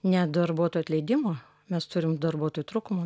ne darbuotojo atleidimo mes turim darbuotojų trūkumo